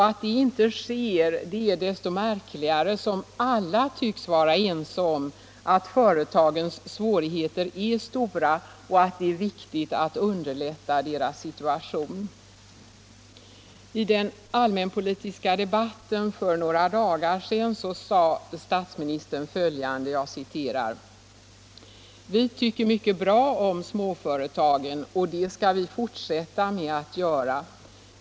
Att det inte sker är desto märkligare som alla tycks vara ense om att företagens svårigheter är stora och att det är viktigt att underlätta deras situation. I finansdebatten för några dagar sedan sade statsministern följande: ”Vi tycker mycket bra om småföretagen, och det skall vi fortsätta med att göra.